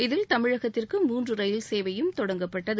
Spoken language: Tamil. இதில் தமிழகத்திற்கு மூன்று ரயில் சேவையும் தொடங்கப்பட்டது